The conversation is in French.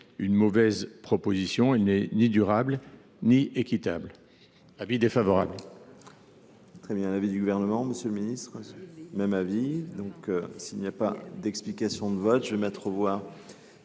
d’une mauvaise proposition, qui n’est ni durable ni équitable : avis défavorable.